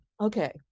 Okay